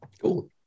Cool